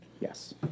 Yes